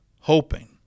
hoping